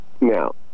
Now